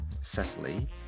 Cecily